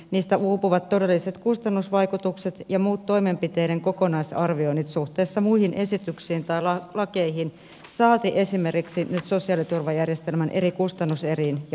niistä uupuvat todelliset kustannusvaikutukset ja muut toimenpiteiden kokonaisarvioinnit suhteessa muihin esityksiin talon lakeihin saati esimerkiksi sosiaaliturvajärjestelmän eri kustannuseriin ja